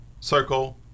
circle